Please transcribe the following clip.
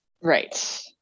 Right